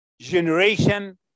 generation